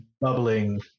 bubbling